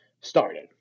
started